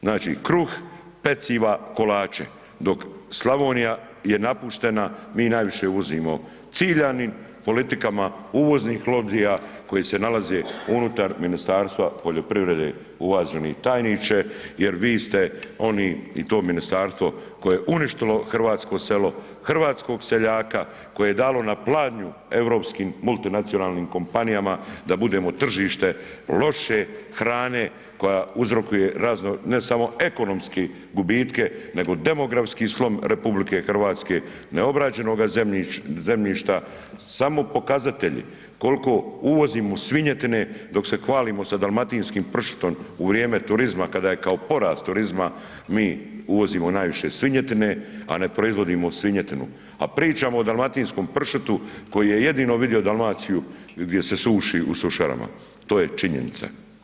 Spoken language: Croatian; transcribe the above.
Znači, kruh, peciva, kolače, dok Slavonija je napuštena mi najviše uvozimo ciljanim politikama uvoznih lobija koje se nalaze unutar Ministarstva poljoprivrede uvaženi tajniče jer vi ste oni i to ministarstvo koje je uništilo hrvatsko selo, hrvatskog seljaka, koje je dalo na pladnju europskim multinacionalnim kompanijama da budemo tržište loše hrane koja uzrokuje razno, ne samo ekonomski gubitke, nego demografski slom RH, neobrađenoga zemljišta, samo pokazatelji kolko uvozimo svinjetine, dok se hvalimo sa dalmatinskim pršutom u vrijeme turizma kada je kao porast turizma mi uvozimo najviše svinjetine, a ne proizvodimo svinjetinu, a pričamo o dalmatinskom pršutu koji je jedino vidio Dalmaciju gdje se suši u sušarama, to je činjenica.